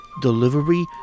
delivery